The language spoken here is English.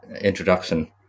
introduction